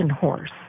horse